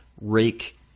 Rake